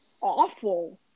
awful